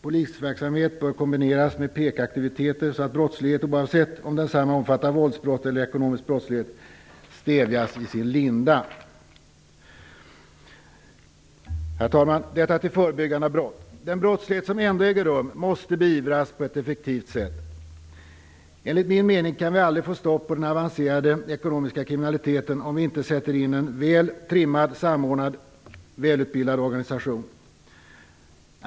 Polisverksamhet bör kombineras med PEK-aktiviteter, så att brottslighet, oavsett om denna omfattar våldsbrott eller ekonomisk brottslighet, stävjas i sin linda. Herr talman! Det jag har sagt nu gäller förebyggande av brott. Den brottslighet som ändå äger rum måste beivras på ett effektivt sätt. Enligt min mening kan vi aldrig få stopp på den avancerade ekonomiska kriminaliteten om vi inte sätter in en väl trimmad, samordnad och välutbildad organisation.